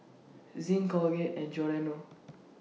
Zinc Colgate and Giordano